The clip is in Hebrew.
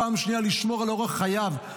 פעם שנייה לשמור על אורח חייו,